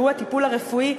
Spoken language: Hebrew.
שהוא הטיפול הרפואי,